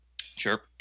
Sure